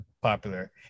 popular